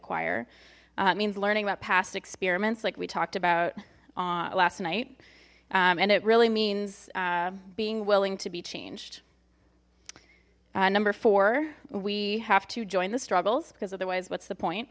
choir means learning about past experiments like we talked about last night and it really means being willing to be changed number four we have to join the struggles because otherwise what's the point